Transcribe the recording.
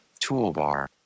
Toolbar